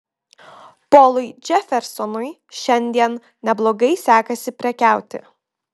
polui džefersonui šiandien neblogai sekasi prekiauti